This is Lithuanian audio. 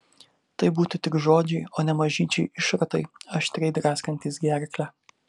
tai būtų tik žodžiai o ne mažyčiai šratai aštriai draskantys gerklę